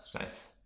Nice